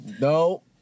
No